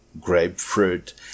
grapefruit